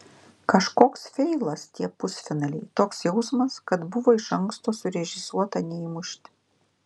kažkoks feilas tie pusfinaliai toks jausmas kad buvo iš anksto surežisuota neįmušti